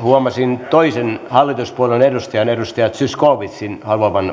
huomasin toisen hallituspuolueen edustajan edustaja zyskowiczin haluavan